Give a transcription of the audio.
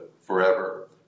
forever